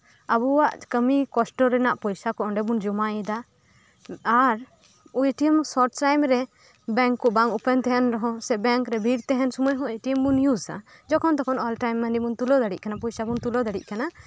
ᱟᱵᱚᱣᱟᱜ ᱠᱟᱹᱢᱤ ᱠᱚᱥᱴᱟ ᱨᱮᱱᱟᱜ ᱯᱚᱭᱥᱟ ᱠᱚ ᱚᱸᱰᱮ ᱵᱚᱱ ᱡᱚᱢᱟᱭᱮᱫᱟ ᱟᱨ ᱮ ᱴᱤ ᱮᱢ ᱥᱤᱨᱴ ᱴᱟᱭᱤᱢᱨᱮ ᱵᱮᱝᱠ ᱠᱚ ᱵᱟᱝ ᱳᱯᱮᱱ ᱛᱟᱸᱦᱮᱱ ᱨᱮᱦᱚᱸ ᱥᱮ ᱵᱮᱝᱠ ᱨᱮ ᱵᱷᱤᱲ ᱛᱟᱸᱦᱮᱱ ᱥᱚᱢᱚᱭ ᱮ ᱴᱤ ᱮᱢ ᱵᱚᱱ ᱤᱭᱩᱥ ᱮᱫᱟ ᱡᱚᱠᱷᱚᱱ ᱛᱚᱠᱷᱚᱱ ᱚᱞ ᱴᱟᱭᱤᱢ ᱢᱟᱹᱱᱤ ᱵᱚᱱ ᱛᱩᱞᱟᱹᱣ ᱫᱟᱲᱮᱭᱟᱜ ᱠᱟᱱᱟ ᱯᱚᱭᱥᱟ ᱵᱚᱱ ᱛᱩᱞᱟᱹᱣ ᱫᱟᱲᱮᱭᱟᱜ ᱠᱟᱱᱟ